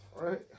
right